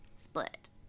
split